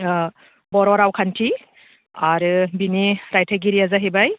बर' रावखान्थि आरो बेनि रायथायगिरिया जाहैबाय